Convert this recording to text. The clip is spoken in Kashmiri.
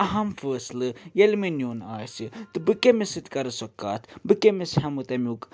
اہم فٲصلہٕ ییٚلہِ مےٚ نیُن آسہِ تہٕ بہٕ کٔمِس سۭتۍ کَرٕ سۄ کَتھ بہٕ کٔمِس ہٮ۪مہٕ تَمیُک